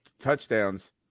touchdowns